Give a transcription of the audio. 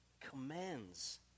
commands